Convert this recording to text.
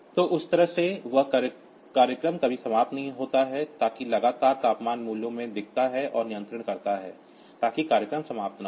तो उस तरह से वह प्रोग्राम कभी समाप्त नहीं होता है ताकि लगातार तापमान मूल्यों में दिखता है और नियंत्रण करता है ताकि प्रोग्राम समाप्त न हो